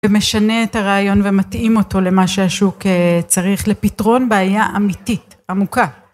ומשנה את הרעיון ומתאים אותו למה שהשוק צריך לפתרון בעיה אמיתית עמוקה.